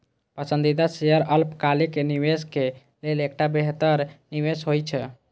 पसंदीदा शेयर अल्पकालिक निवेशक लेल एकटा बेहतर निवेश होइ छै